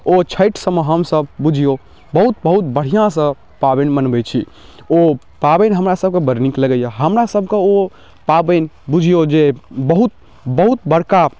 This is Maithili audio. ओ छैठ सबमे हमसब बुझियौ बहुत बहुत बढ़ियाँसँ पाबनि मनबै छी ओ पाबनि हमरा सबके बड़ नीक लगैया हमरा सबके ओ पाबनि बुझियौ जे बहुत बहुत बड़का